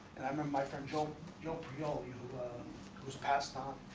and i remember my friend jill jill real it was passed um